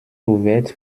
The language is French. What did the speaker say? ouvertes